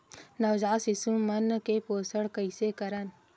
नवजात पशु मन के पोषण कइसे करन?